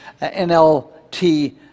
NLT